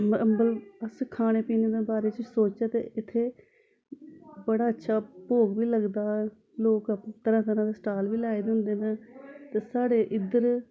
अम्बल अस खाने पीने दे बारे च सोच चै इत्थै बड़ा अच्छा भोग बी लगदा लोक तरहा तरहा दे स्टाल बी लाए दे होंदे न ते साढ़े इद्धर